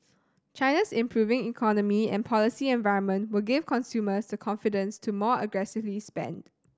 China's improving economy and policy environment will give consumers the confidence to more aggressively spend